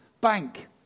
bank